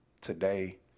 today